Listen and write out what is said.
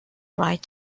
write